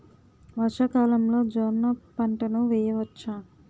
వర్షాకాలంలో జోన్న పంటను వేయవచ్చా?